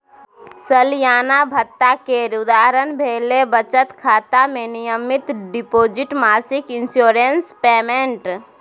सलियाना भत्ता केर उदाहरण भेलै बचत खाता मे नियमित डिपोजिट, मासिक इंश्योरेंस पेमेंट